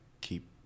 keep